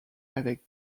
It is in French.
avec